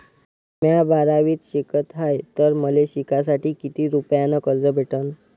म्या बारावीत शिकत हाय तर मले शिकासाठी किती रुपयान कर्ज भेटन?